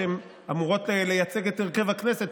שאמורות לייצג את הרכב הכנסת,